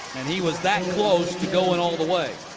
and he was that close to going all the way.